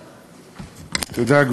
תודה,